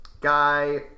guy